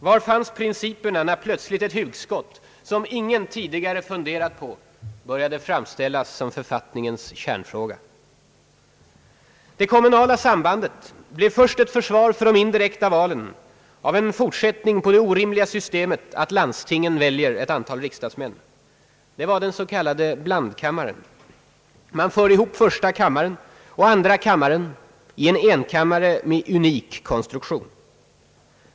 Var fanns principerna när plötsligt ett hugskott, som ingen tidigare funderat på, började framställas som författningens kärnfråga? Det kommunala sambandet blev först ett försvar för de indirekta valen, för en fortsättning på det orimliga systemet att landstingen väljer ett antal riksdagsmän. Det var den s.k. blandkammaren: man förde ihop första och andra kammaren i en enkammare med en unik konstruktion.